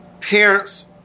parents